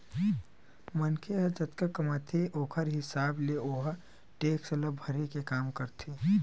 मनखे ह जतका कमाथे ओखर हिसाब ले ओहा टेक्स ल भरे के काम करथे